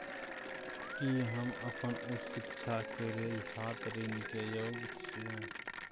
की हम अपन उच्च शिक्षा के लेल छात्र ऋण के योग्य छियै?